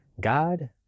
God